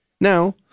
Now